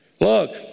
Look